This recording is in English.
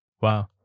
Wow